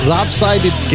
Lopsided